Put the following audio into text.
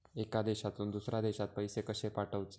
एका देशातून दुसऱ्या देशात पैसे कशे पाठवचे?